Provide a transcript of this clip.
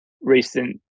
recent